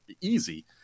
easy